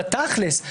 בתכל'ס,